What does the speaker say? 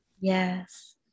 Yes